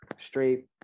straight